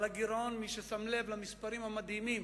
אך הגירעון, מי ששם לב למספרים המדהימים